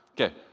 okay